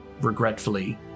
regretfully